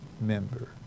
member